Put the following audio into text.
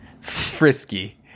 frisky